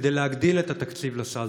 כדי להגדיל את התקציב לסל?